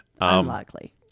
Unlikely